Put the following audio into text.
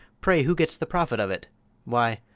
pray who gets the profit of it why,